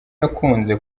yakunze